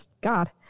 God